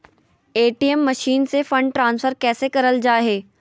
ATM machine से fund transfer कैसे करल जा है?